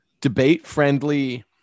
debate-friendly